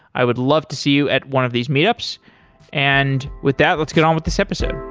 i would love to see you at one of these meetups and with that, let's get on with this episode